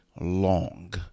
long